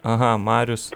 aha marius